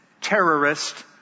terrorist